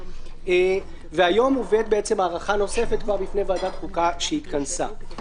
והיום מובאת הארכה כבר בפני ועדת החוקה שהתכנסה.